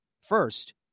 First